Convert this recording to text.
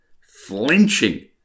flinching